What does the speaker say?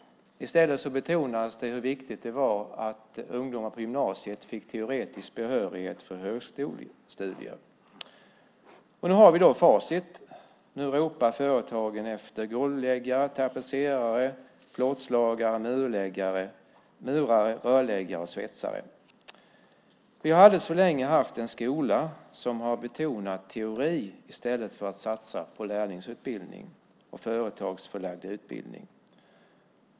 I stället betonades det hur viktigt det var att ungdomar på gymnasiet fick teoretisk behörighet för högskolestudier. Nu har vi facit. Nu ropar företagen efter golvläggare, tapetserare, plåtslagare, murare, rörläggare och svetsare. Vi har alldeles för länge haft en skola som har betonat teori i stället för att satsa på lärlingsutbildning och företagsförlagd utbildning.